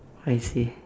what I say